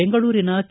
ಬೆಂಗಳೂರಿನ ಕೆ